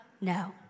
no